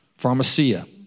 pharmacia